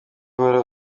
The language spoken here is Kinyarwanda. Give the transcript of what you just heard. uhora